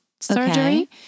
surgery